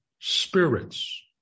spirits